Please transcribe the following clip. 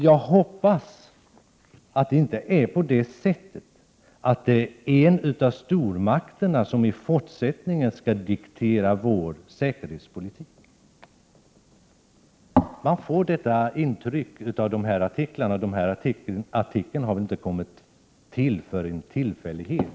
Jag hoppas att det inte är så, att en av stormakterna i fortsättningen skall diktera vår säkerhetspolitik. Man får det intrycket av den här artikeln, som väl inte har kommit till av en tillfällighet.